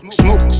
smoke